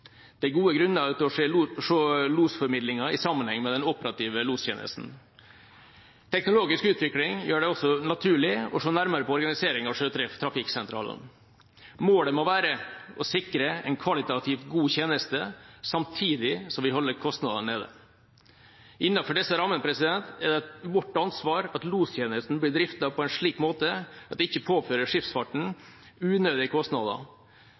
Det er gode grunner til å se losformidlingen i sammenheng med den operative lostjenesten. Teknologisk utvikling gjør det også naturlig å se nærmere på organiseringa av sjøtrafikksentralene. Målet må være å sikre en kvalitativt god tjeneste, samtidig som vi holder kostnadene nede. Innenfor disse rammene er det vårt ansvar at lostjenesten blir driftet på en slik måte at den ikke påfører skipsfarten unødige kostnader.